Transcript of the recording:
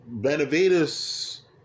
Benavides